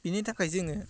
बेनि थाखाय जोङो